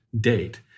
date